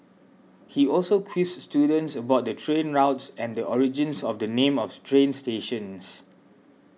he also quizzed students about the train routes and the origins of the names of train stations